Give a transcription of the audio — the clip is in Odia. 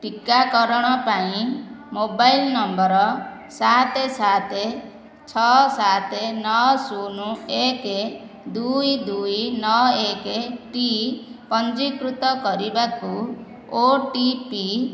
ଟିକାକରଣ ପାଇଁ ମୋବାଇଲ୍ ନମ୍ବର ସାତେ ସାତେ ଛଅ ସାତେ ନଅ ଶୂନୁ ଏକେ ଦୁଇ ଦୁଇ ନଅ ଏକେଟି ପଞ୍ଜୀକୃତ କରିବାକୁ ଓ ଟି ପି